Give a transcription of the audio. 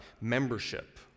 membership